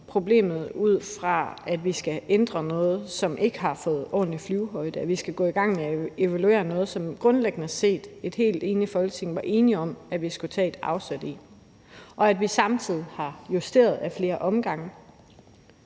problemet ud fra, at vi skal ændre noget, som ikke har fået ordentlig flyvehøjde, at vi skal gå i gang med at evaluere noget, som grundlæggende set et helt enigt Folketing var enige om at tage afsæt i. Og vi har samtidig ad flere omgange